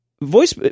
Voice